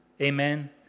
amen